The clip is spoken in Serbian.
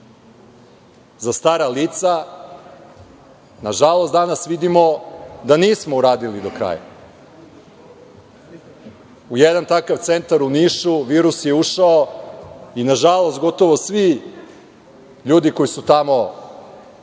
za stara lica. Nažalost, danas vidimo da nismo uradili do kraja. U jedan takav centar u Nišu virus je ušao i, nažalost, gotovo svi ljudi koji su tamo